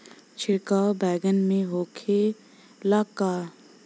छिड़काव बैगन में होखे ला का?